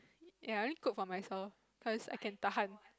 ya I only cook for myself cause I can tahan